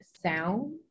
Sound